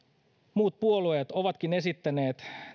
muut puolueet ovatkin esittäneet